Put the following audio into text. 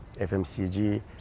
FMCG